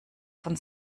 von